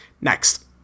Next